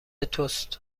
توست